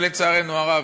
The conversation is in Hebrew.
ולצערנו הרב,